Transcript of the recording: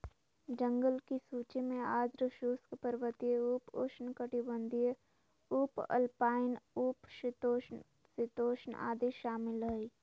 जंगल की सूची में आर्द्र शुष्क, पर्वतीय, उप उष्णकटिबंधीय, उपअल्पाइन, उप शीतोष्ण, शीतोष्ण आदि शामिल हइ